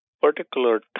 particular